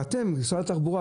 ואתם במשרד התחבורה,